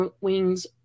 Wings